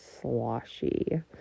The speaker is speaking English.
sloshy